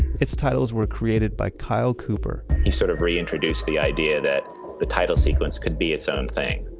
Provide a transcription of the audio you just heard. its titles were created by kyle cooper he sort of re-introduced the idea that the title sequence could be its own thing.